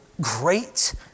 great